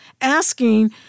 asking